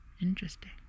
Interesting